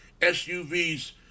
SUVs